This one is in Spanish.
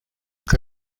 que